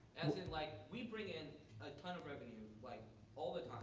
as in, like we bring in a ton of revenue like all the